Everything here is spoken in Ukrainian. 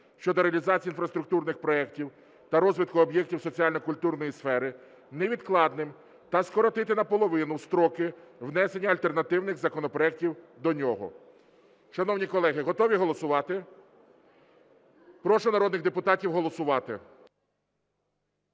(щодо реалізації інфраструктурних проєктів та розвитку об'єктів соціально-культурної сфери) невідкладним та скоротити наполовину строки внесення альтернативних законопроектів до нього. Шановні колеги, готові голосувати? Прошу народних депутатів голосувати.